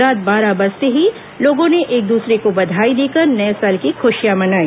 रात बारह बजते ही लोगों ने एक द्सरों को बधाई देकर नये साल की ख्शियां मनाई